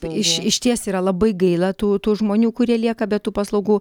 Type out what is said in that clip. iš išties yra labai gaila tų tų žmonių kurie lieka be tų paslaugų